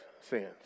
sins